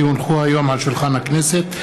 כי הונחה היום על שולחן הכנסת,